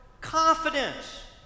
Confidence